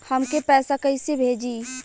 हमके पैसा कइसे भेजी?